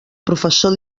professor